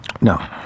No